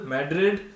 Madrid